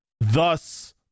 thus